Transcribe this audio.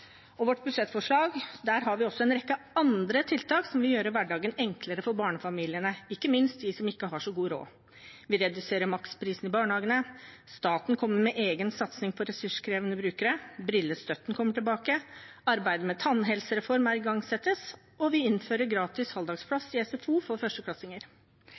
vårt budsjettforslag har vi også en rekke andre tiltak som vil gjøre hverdagen enklere for barnefamiliene, ikke minst de som ikke har så god råd. Vi reduserer maksprisen i barnehagene, staten kommer med en egen satsing på ressurskrevende brukere, brillestøtten kommer tilbake, arbeidet med en tannhelsereform igangsettes, og vi innfører gratis halvdagsplass i SFO for førsteklassinger.